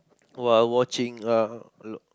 while watching uh